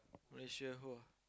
Malaysia !wah!